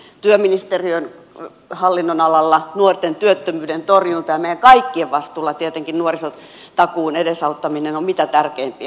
työministeriön hallinnonalalla nuorten työttömyyden torjunta ja meidän kaikkien vastuulla tietenkin oleva nuorisotakuun edesauttaminen ovat mitä tärkeimpiä asioita